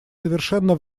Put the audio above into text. совершенно